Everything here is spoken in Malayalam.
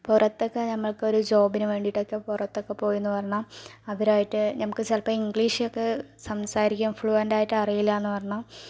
പുറത്തൊക്കെ നമുക്കൊരു ജോബിനു വേണ്ടിട്ടൊക്കെ പുറത്തൊക്കെ പോയീന്നു പറഞ്ഞാൽ അവരായിട്ട് നമുക്ക് ചിലപ്പം ഇംഗ്ളീഷൊക്കെ സംസാരിക്കാൻ ഫ്ലുവെൻറ്റ് ആയിട്ട് അറിയില്ലാന്ന് പറഞ്ഞാൽ